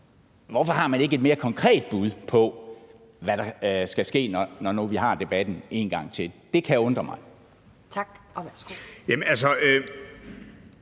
hvorfor har man ikke et mere konkret bud på, hvad der skal ske, når nu vi har debatten en gang til? Det kan undre mig. Kl.